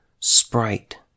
Sprite